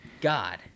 God